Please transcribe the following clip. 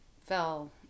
fell